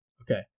Okay